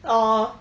orh